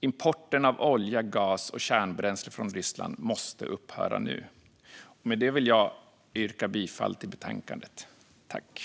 Importen av olja, gas och kärnbränsle från Ryssland måste upphöra nu! Med det vill jag yrka bifall till utskottets förslag i betänkandet.